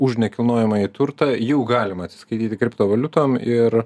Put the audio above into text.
už nekilnojamąjį turtą jau galima atsiskaityti kriptovaliutom ir